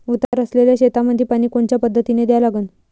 उतार असलेल्या शेतामंदी पानी कोनच्या पद्धतीने द्या लागन?